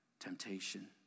temptation